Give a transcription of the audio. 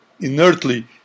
inertly